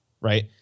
right